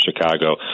Chicago